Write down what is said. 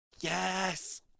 Yes